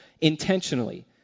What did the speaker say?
intentionally